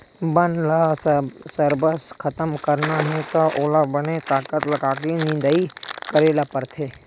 बन ल सरबस खतम करना हे त ओला बने ताकत लगाके निंदई करे ल परथे